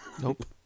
nope